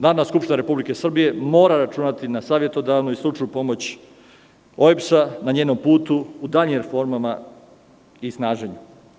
Narodna skupština Republike Srbije mora računati na savetodavnu i stručnu pomoć OEBS na njenom putu u daljim reformama i snaženju.